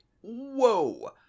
Whoa